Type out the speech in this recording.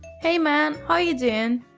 hey, man. how are you doing?